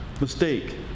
mistake